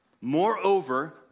Moreover